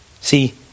See